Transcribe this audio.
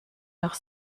nach